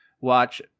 watch